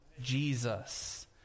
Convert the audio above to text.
Jesus